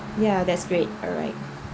yeah that's great alright